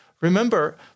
Remember